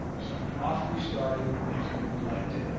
so off we started as though we liked it.